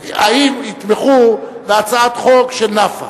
האם יתמכו בהצעת חוק של נפאע?